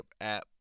app